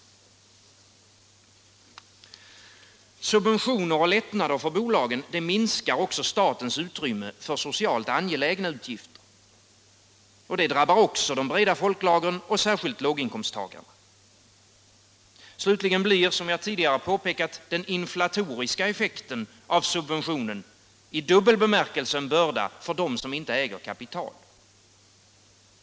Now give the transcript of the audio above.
Subventioner och lättnader för bolagen minskar statens utrymme för socialt angelägna utgifter. Det drabbar också de breda folklagren och särskilt låginkomsttagarna. Slutligen blir, som jag tidigare påpekat, den inflatoriska effekten av subventionen i dubbel bemärkelse en börda för 179 Förlängd tid för dem som inte äger kapital.